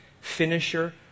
Finisher